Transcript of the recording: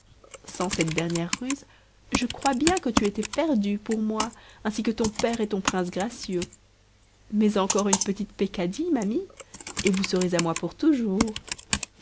sans cette dernière ruse je crois bien que tu étais perdue pour moi ainsi que ton père et ton prince gracieux mais encore une petite peccadille ma mie et vous serez à moi pour toujours